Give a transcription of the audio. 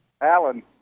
Alan